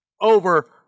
over